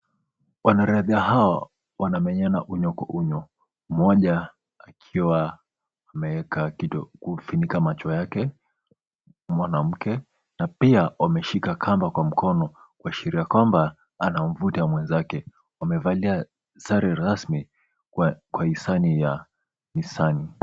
Wanariadha hawa wanamenyana unyo Kwa unyo mmoja akiwa ameeka kitu ili kufunika macho yake mwanamke na pia wameshika kamba kwa mkono kuashiria kwamba anamvuta mwenzake wamevalia sare rasmi kwa hisani ya Nissan.